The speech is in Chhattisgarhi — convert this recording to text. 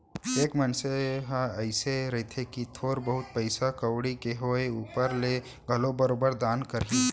एक मनसे ह अइसे रहिथे कि थोर बहुत पइसा कउड़ी के होय ऊपर ले घलोक बरोबर दान करही